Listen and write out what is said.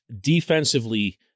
defensively